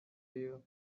you